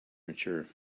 mature